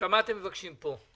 מה אתם מבקשים פה?